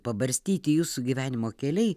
pabarstyti jūsų gyvenimo keliai